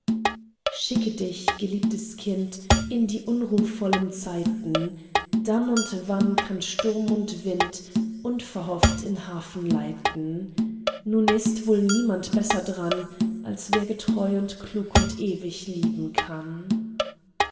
schicke dich geliebtes kind in die unruhvollen zeiten dann und wann kann sturm und wind unverhofft in hafen leiten nun ist wohl niemand besser dran als wer getreu und klug und ewig lieben kann